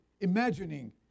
imagining